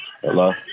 hello